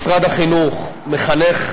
משרד החינוך מחנך.